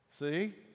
see